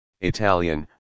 italian